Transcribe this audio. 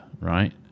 right